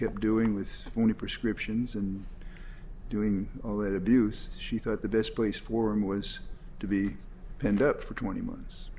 kept doing with many prescriptions and doing all that abuse she thought the best place for him was to be penned up for twenty months